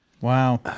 Wow